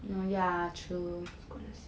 I was going to say